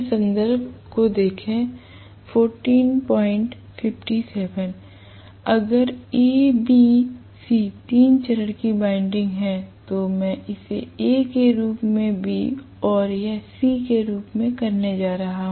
अगर A B C तीन चरण की वाइंडिंग है तो मैं इसे A के रूप में B और यह C के रूप में करने जा रहा हूं